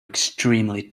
extremely